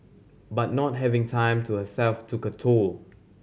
but not having time to herself took a toll